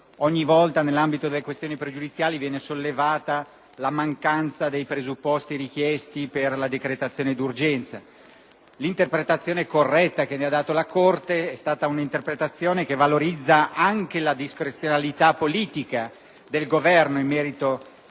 ogni volta nell'ambito delle questioni pregiudiziali viene sollevata la mancanza dei presupposti richiesti per la decretazione d'urgenza. L'interpretazione corretta che ne ha dato la Corte valorizza invece anche la discrezionalità politica del Governo in merito